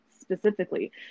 specifically